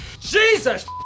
Jesus